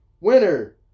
winner